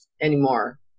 anymore